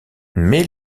mais